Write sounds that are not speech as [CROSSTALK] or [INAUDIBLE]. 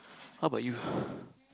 how about you [BREATH]